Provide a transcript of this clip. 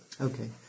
Okay